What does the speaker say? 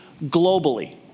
globally